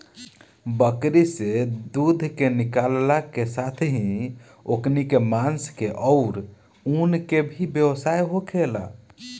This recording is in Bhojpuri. बकरी से दूध के निकालला के साथेही ओकनी के मांस के आउर ऊन के भी व्यवसाय होखेला